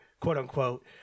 quote-unquote